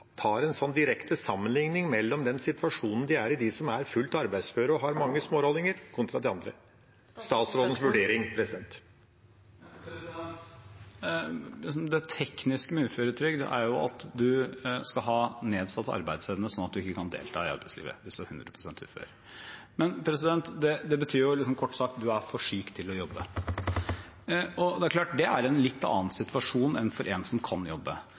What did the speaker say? tar en sånn direkte sammenligning mellom den situasjonen de er i, de som er fullt arbeidsføre og har mange smårollinger, kontra de andre, at det er statsrådens vurdering. Det tekniske med uføretrygd er at en skal ha nedsatt arbeidsevne, sånn at en ikke kan delta i arbeidslivet, hvis en er hundre prosent ufør. Det betyr, kort sagt, at en er for syk til å jobbe. Det er klart at det er en litt annen situasjon enn for en som kan jobbe.